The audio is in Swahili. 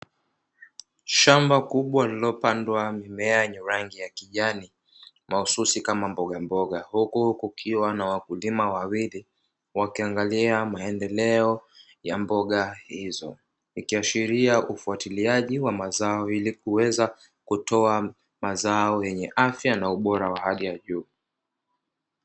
Shamba kubwa lililopandwa mimea yenye rangi ya kijani mahususi kama mbogamboga, huku kukiwa na wakulima wawili wakiangalia maendeleo ya mboga hizo ikiashiria, ufuatiliaji wa mazao ili kuweza kutoa mazao yenye afya na ubora wa hali ya juu.